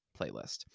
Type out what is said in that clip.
playlist